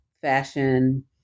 fashion